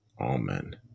Amen